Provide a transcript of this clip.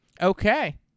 Okay